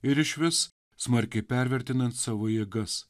ir išvis smarkiai pervertinant savo jėgas